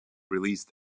released